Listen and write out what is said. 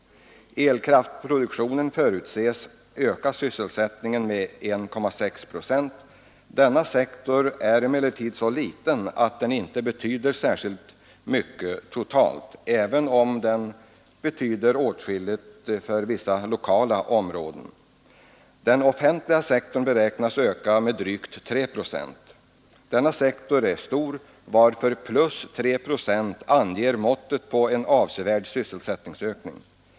Elkraftsproduktionen förutses öka sysselsättningen med 1,6 procent. Denna sektor är emellertid så liten att den inte betyder särskilt mycket totalt, även om den kan betyda åtskilligt för vissa lokala områden. Den offentliga sektorn beräknas öka med drygt 3 procent. Denna sektor är stor, varför plus 3 procent anger måttet på en avsevärd sysselsättningsökning.